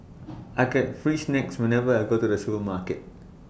I get free snacks whenever I go to the supermarket